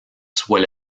soit